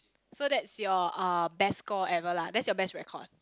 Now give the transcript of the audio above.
so that's your best score ever lah that's your best record